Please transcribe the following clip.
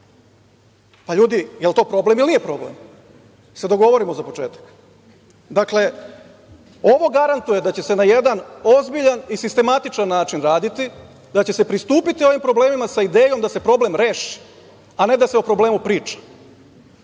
da li je to problem ili nije problem? Da se dogovorimo za početak. Dakle, ovo garantuje da će se na jedan ozbiljan i sistematičan način raditi, da će se pristupiti ovim problemima sa idejom da se problem reši, a ne da se o problemu priča.